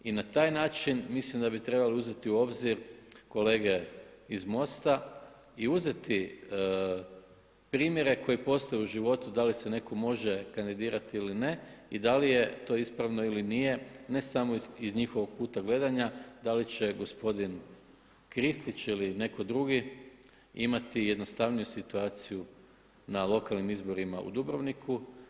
I na taj način mislim da bi trebali uzeti u obzir kolege iz MOST-a i uzeti primjere koji postoje u životu da li se netko može kandidirati ili ne i da li je to ispravno ili nije ne samo iz njihovog kuta gledanja da li će gospodin Kristić ili netko drugi imati jednostavniju situaciju na lokalnim izborima u Dubrovniku.